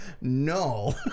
No